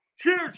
Cheers